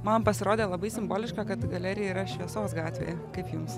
man pasirodė labai simboliška kad galerija yra šviesos gatvėje kaip jums